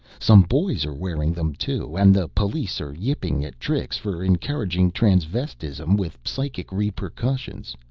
some boys are wearing them too, and the police are yipping at trix for encouraging transvestism with psychic repercussions.